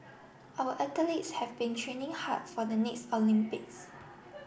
our athletes have been training hard for the next Olympics